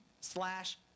slash